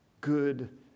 good